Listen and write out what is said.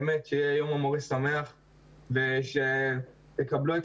באמת שיהיה יום המורה שמח ושתקבלו את